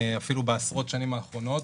אפילו בעשרות השנים האחרונות,